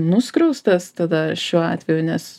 nuskriaustas tada šiuo atveju nes